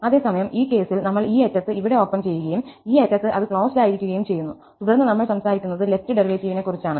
അതേസമയം ഈ കേസിൽ നമ്മൾ ഈ അറ്റത്ത് ഇവിടെ ഓപ്പൺ ചെയ്യുകയും ഈ അറ്റത്ത് അത് ക്ലോസ്ഡ് ആയിരിക്കുകയും ചെയ്യുന്നു തുടർന്ന് നമ്മൾ സംസാരിക്കുന്നത് ലെഫ്റ് ഡെറിവേറ്റീവിനെക്കുറിച്ചാണ്